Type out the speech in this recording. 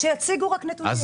שיציגו נתונים.